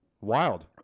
Wild